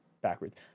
backwards